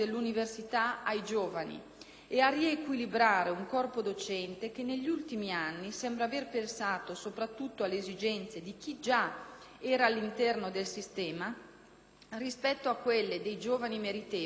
e a riequilibrare un corpo docente, che negli ultimi anni sembra aver pensato soprattutto alle esigenze di chi già era all'interno del sistema rispetto a quelle dei giovani meritevoli che aspiravano ad entrarvi.